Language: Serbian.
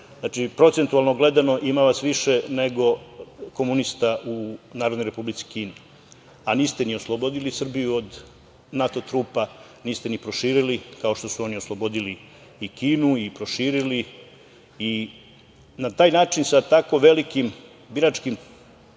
znači, procentualno gledano, ima vas više nego komunista u Narodnoj Republici Kini, a niste ni oslobodili Srbiju od NATO trupa, niste je ni proširili, kao što su oni oslobodili Kinu i proširili je, i na taj način, sa tako velikim biračkim